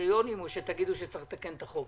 קריטריונים או שתגידו שצריך לתקן את החוק?